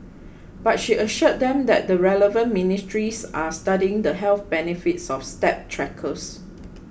but she assured them that the relevant ministries are studying the health benefits of step trackers